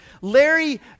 Larry